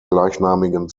gleichnamigen